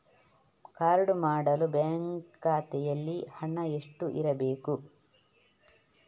Card ಮಾಡಲು bank ಖಾತೆಯಲ್ಲಿ ಹಣ ಎಷ್ಟು ಇರಬೇಕು?